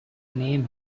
name